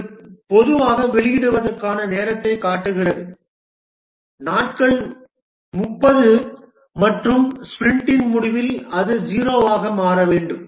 இது பொதுவாக வெளியிடுவதற்கான நேரத்தைக் காட்டுகிறது நாட்கள் 30 நாட்கள் மற்றும் ஸ்பிரிண்டின் முடிவில் அது 0 ஆக மாற வேண்டும்